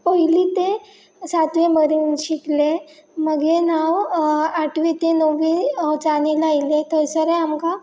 पयलीं ते सातवें मरेन शिकले मागीर हांव आठवी ते णव्वें चानल आयिल्लें थंयसरें आमकां